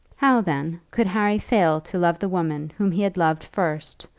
how, then, could harry fail to love the woman whom he had loved first,